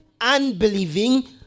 Unbelieving